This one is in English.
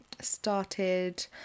started